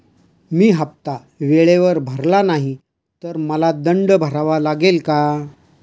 मी हफ्ता वेळेवर भरला नाही तर मला दंड भरावा लागेल का?